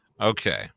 Okay